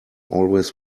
always